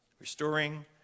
restoring